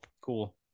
Cool